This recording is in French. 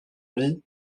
vie